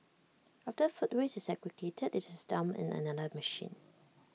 after food waste is segregated IT is dumped in another machine